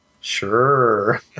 Sure